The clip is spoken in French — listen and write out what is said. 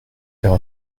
faire